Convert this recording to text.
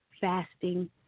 fasting